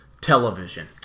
television